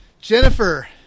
Jennifer